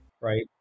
Right